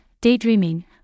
daydreaming